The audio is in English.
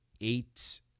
eight